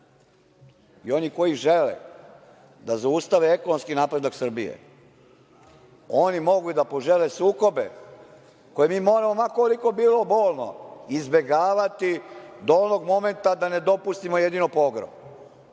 i oni koji žele da zaustave ekonomski napredak Srbije, oni mogu i da požele sukobe, koje mi moramo, ma koliko bilo bolno, izbegavati do onog momenta da ne dopustimo jedino pogrom